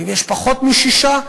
ואם יש פחות משישה,